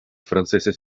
franceses